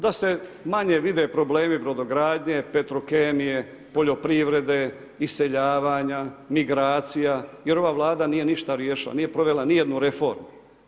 Da se manje vide problemi brodogradnje, Petrokemije, poljoprivrede, iseljavanja, migracija, jer ova vlada nije ništa riješila, nije provela nijednu reformu.